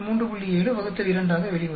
7 ÷ 2 ஆக வெளிவரும்